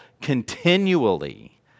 continually